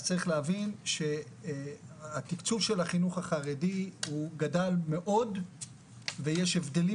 אז צריך להבין התקצוב של החינוך החרדי הוא גדל מאוד ויש הבדלים